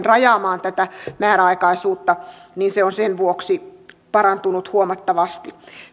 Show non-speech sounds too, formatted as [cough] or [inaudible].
[unintelligible] rajaamaan tätä määräaikaisuutta se on sen vuoksi parantunut huomattavasti